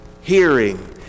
hearing